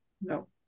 no